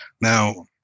Now